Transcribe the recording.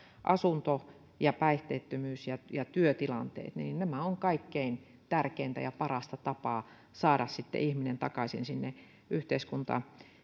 asunto ja päihteettömyys ja ja työtilanteet nämä ovat kaikkein tärkein ja paras tapa saada ihminen takaisin yhteiskuntaan